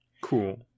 Cool